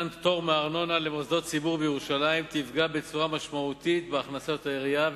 יפגע בצורה משמעותית בהכנסות העירייה.